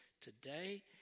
today